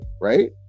right